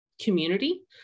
community